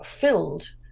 filled